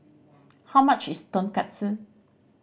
how much is Tonkatsu